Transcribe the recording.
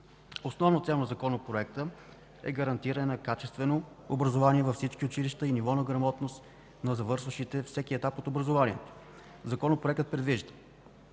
Основната цел на Законопроекта е гарантиране на качествено образование във всички училища и ниво на грамотност на завършващите всеки етап от образованието. Законопроектът предвижда: